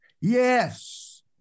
Yes